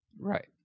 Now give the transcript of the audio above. right